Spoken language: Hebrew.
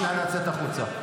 נא לצאת החוצה.